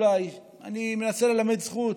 אולי, אני מנסה ללמד זכות,